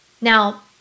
Now